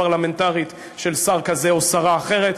הפרלמנטרית של שר כזה או שרה אחרת.